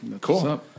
Cool